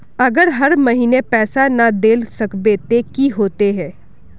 अगर हर महीने पैसा ना देल सकबे ते की होते है?